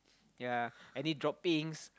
ya any droppings